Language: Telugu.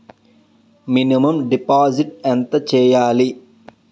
మినిమం డిపాజిట్ ఎంత చెయ్యాలి?